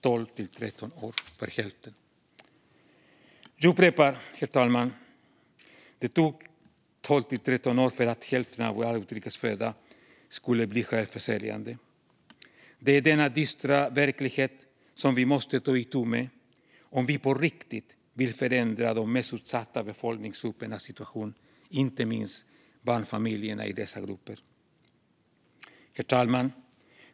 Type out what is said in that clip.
Jag upprepar, herr talman: Det tog 12 till 13 år för att hälften av alla utrikes födda skulle bli självförsörjande. Det är denna dystra verklighet som vi måste ta itu med om vi på riktigt vill förändra de mest utsatta befolkningsgruppernas situation, inte minst barnfamiljerna i dessa grupper. Herr talman!